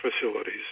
facilities